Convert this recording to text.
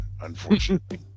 unfortunately